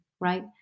right